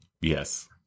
Yes